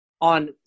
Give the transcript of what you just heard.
on